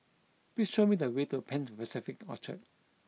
please show me the way to Pan Pacific Orchard